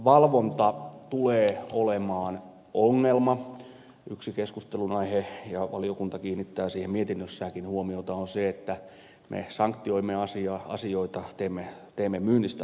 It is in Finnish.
valvonta tulee olemaan ongelma yksi keskustelun aihe ja valiokunta kiinnittää siihen mietinnössäänkin huomiota on se että me sanktioimme asioita teemme myynnistä luvanvaraista